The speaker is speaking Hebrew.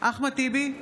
אחמד טיבי,